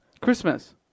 Christmas